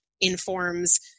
informs